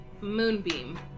moonbeam